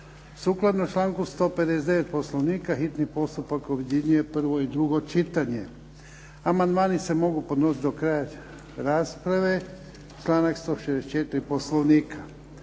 Sukladno članku 159. Poslovnika hitni postupak objedinjuje prvo i drugo čitanje. Amandmani se mogu podnositi do kraja rasprave, članak 164. Poslovnika.